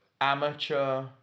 amateur